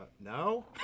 no